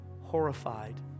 horrified